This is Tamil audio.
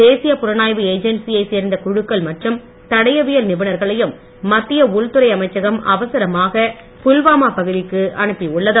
தேசிய புலனாய்வு ஏஜென்சியைச் சேர்ந்த குழுக்கள் மற்றும் தடையவியல் நிபுணர்களையும் மத்திய உள்துறை அமைச்சகம் அவசரமாக புல்வாமா பகுதிக்கு அனுப்பியுள்ளது